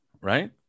right